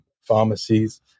pharmacies